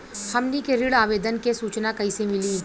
हमनी के ऋण आवेदन के सूचना कैसे मिली?